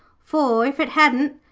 for, if it hadn't,